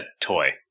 toy